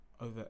over